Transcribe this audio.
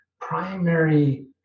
primary